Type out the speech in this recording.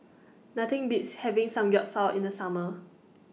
Nothing Beats having Samgyeopsal in The Summer